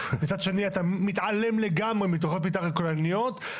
מצד שני אתה מתעלם לגמרי מתכניות מתאר כוללניות,